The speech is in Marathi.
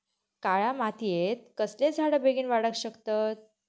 काळ्या मातयेत कसले झाडा बेगीन वाडाक शकतत?